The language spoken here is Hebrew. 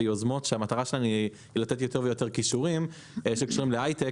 ויוזמות שהמטרה שלהן היא לתת יותר ויותר כישורים שקשורים להייטק,